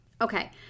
Okay